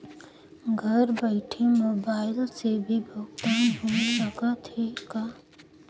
घर बइठे मोबाईल से भी भुगतान होय सकथे का?